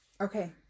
Okay